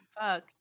Fuck